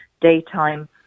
Daytime